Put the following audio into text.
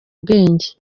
ubwenge